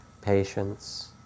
patience